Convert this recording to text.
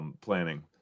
planning